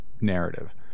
narrative